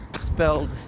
spelled